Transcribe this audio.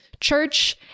church